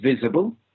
visible